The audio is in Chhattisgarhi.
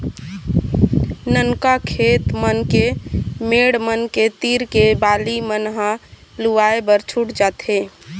ननका खेत मन के मेड़ मन के तीर के बाली मन ह लुवाए बर छूट जाथे